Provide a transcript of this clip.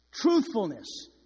truthfulness